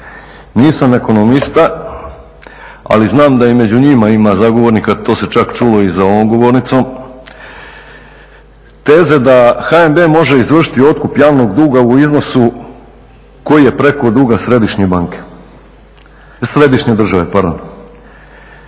Nisam ekonomista ali znam da i među njima ima zagovornika, to se čak čulo i za ovom govornicom, teze da HNB može izvršiti otkup javnog duga u iznosu koji je preko duga središnje banke,